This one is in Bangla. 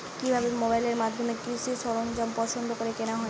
কিভাবে মোবাইলের মাধ্যমে কৃষি সরঞ্জাম পছন্দ করে কেনা হয়?